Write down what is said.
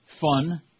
fun